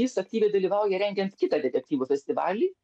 jis aktyviai dalyvauja rengiant kitą detektyvų festivalį